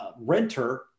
renter